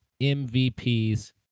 MVPs